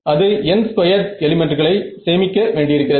அது n squared எலிமெண்ட்களை சேமிக்க வேண்டியிருக்கிறது